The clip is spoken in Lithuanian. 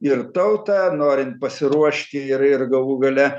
ir tautą norint pasiruošti ir ir galų gale